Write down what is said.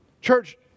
Church